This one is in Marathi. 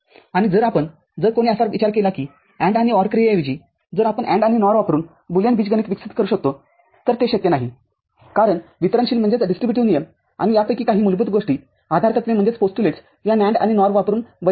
आणि जर आपण जर कोणी असा विचार केला कि AND आणि OR क्रियेऐवजी जर आपण NAND आणि NOR वापरून बुलियन बीजगणित विकसित करू शकलो तर ते शक्य नाहीकारण वितरणशील नियम आणि यापैकी काही मूलभूत गोष्टीआधारतत्वेया NAND आणि NOR वापरून वैध नाहीत